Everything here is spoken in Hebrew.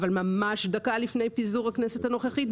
אבל ממש דקה לפני פיזור הכנסת הנוכחית,